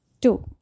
Two